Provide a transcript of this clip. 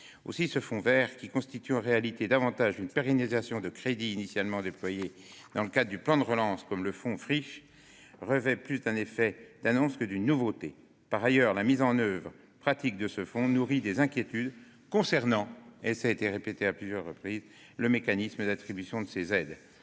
Ainsi, ce fonds vert, qui consiste en réalité davantage en une pérennisation de crédits initialement déployés dans le cadre du plan de relance, comme le fonds Friches, revêt plus d'un effet d'annonce que d'une réelle nouveauté. Par ailleurs, la mise en oeuvre pratique de ce fonds nourrit des inquiétudes concernant le mécanisme d'attribution des aides.